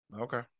Okay